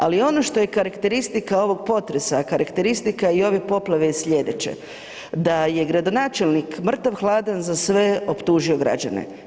Ali ono što je karakteristika ovog potresa, a karakteristika i ove poplave je slijedeće da je gradonačelnik mrtav hladan za sve optužio građane.